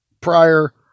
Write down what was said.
prior